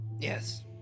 Yes